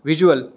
visual